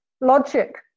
logic